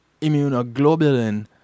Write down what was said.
immunoglobulin